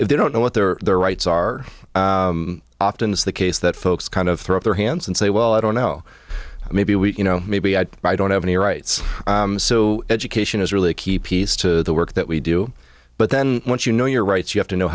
if they don't know what their rights are often it's the case that folks kind of throw up their hands and say well i don't know maybe a week you know maybe i don't have any rights so education is really a key piece to the work that we do but then once you know your rights you have to know